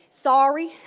Sorry